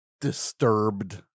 disturbed